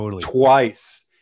twice